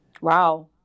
Wow